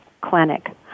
Clinic